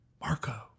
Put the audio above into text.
Marco